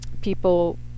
people